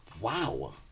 Wow